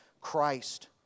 Christ